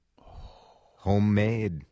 Homemade